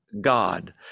God